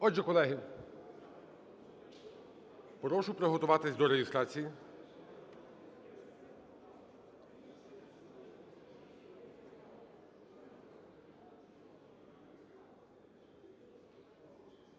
Отже, колеги, прошу приготуватись до реєстрації.